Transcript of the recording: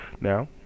Now